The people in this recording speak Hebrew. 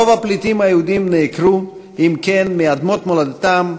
רוב הפליטים היהודים נעקרו מאדמות מולדתם,